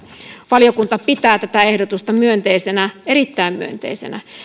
valiokunta pitää tätä ehdotusta myönteisenä erittäin myönteisenä